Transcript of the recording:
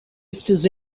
estis